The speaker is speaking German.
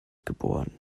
geboren